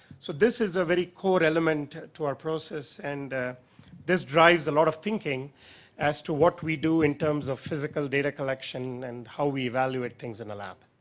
so this is very core element to our process and this drives a lot of thinking as to what we do in terms of physical data collection and how we evaluate things in the lab.